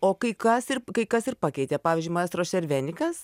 o kai kas ir kai kas ir pakeitė pavyzdžiui maestro šervenikas